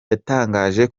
yatangaje